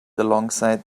alongside